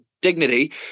dignity